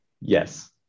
Yes